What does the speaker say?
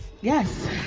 yes